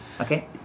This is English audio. Okay